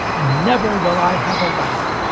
and never will i have a wife,